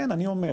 כן, אני אומר.